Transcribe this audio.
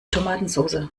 tomatensoße